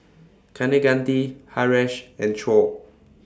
Kaneganti Haresh and Choor